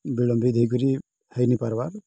ବିଳମ୍ବୀତ୍ ହେଇକରି ହେଇନିପାର୍ବାର୍